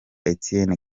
etienne